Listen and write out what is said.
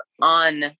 on